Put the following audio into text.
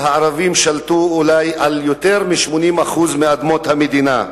והערבים שלטו אולי על יותר מ-80% מאדמות המדינה,